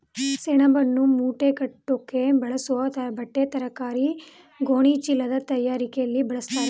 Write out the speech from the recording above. ಸೆಣಬನ್ನು ಮೂಟೆಕಟ್ಟೋಕ್ ಬಳಸೋ ಬಟ್ಟೆತಯಾರಿಕೆ ಗೋಣಿಚೀಲದ್ ತಯಾರಿಕೆಲಿ ಬಳಸ್ತಾರೆ